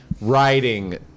writing